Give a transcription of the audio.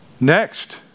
Next